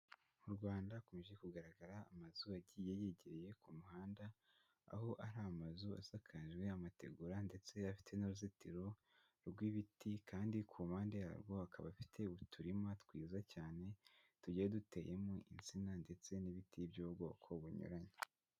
Mu Rwanda hakomeje kugaragara amazu agiye yegereye ku muhanda, aho ari amazu asakajwe amategura ndetse afite n'uruzitiro rw'ibiti, kandi ku mpande yarwo akaba afite uturima twiza cyane tugiye duteyemo insina ndetse n'ibiti by'ubwoko bunyuranye.